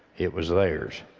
it was theirs.